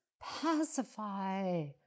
pacify